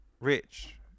rich